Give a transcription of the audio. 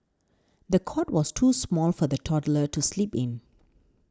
the cot was too small for the toddler to sleep in